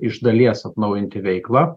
iš dalies atnaujinti veiklą